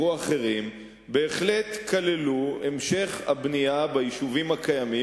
בהחלט כללו המשך הבנייה ביישובים הקיימים